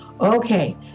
okay